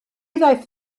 ddaeth